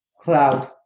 Cloud